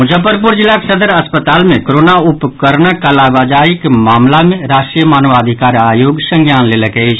मुजफ्फरपुर जिलाक सदर अस्पताल मे कोरोना उपकरणक कालाबाजारीक मामिला मे राष्ट्रीय मानवाधिकार आयोग संज्ञान लेलक अछि